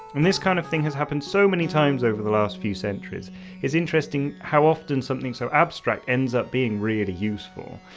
and this kind of thing has happened so many times over the last few centuries. it is interesting how often something so abstract ends up being really useful.